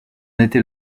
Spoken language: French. était